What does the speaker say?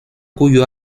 cuyo